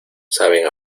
saben